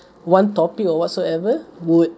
one topic or whatsoever would